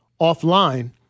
offline